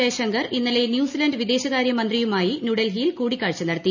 ജയശങ്കർ ഇന്നലെ ന്യൂസിലന്റ് വിദേശകാര്യമന്ത്രിയുമായി ന്യൂഡൽഹിയിൽ കൂടിക്കാഴ്ച നടത്തി